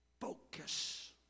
Focus